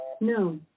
No